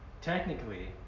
technically